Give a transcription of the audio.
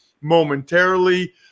momentarily